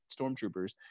stormtroopers